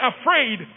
afraid